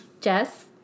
Jess